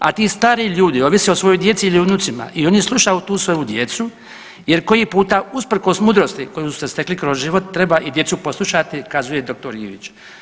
A ti stari ljudi ovise o svojoj djeci ili o unucima i oni slušaju tu svoju djecu jer koji puta usprkos mudrosti koju su stekli kroz život treba i djecu poslušati kazuje dr. Ivić.